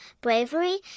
bravery